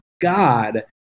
God